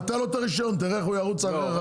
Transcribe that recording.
תבטל לו את הרישיון תראה איך הוא ירוץ אחריך.